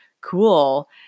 cool